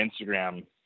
Instagram